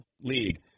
league